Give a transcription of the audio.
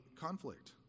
conflict